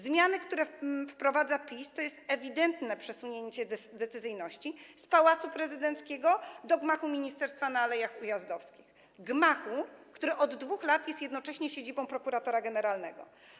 Zmiany, które wprowadza PiS, to jest ewidentne przesunięcie decyzyjności z Pałacu Prezydenckiego do gmachu ministerstwa w Alejach Ujazdowskich, gmachu, który od 2 lat jest jednocześnie siedzibą prokuratora generalnego.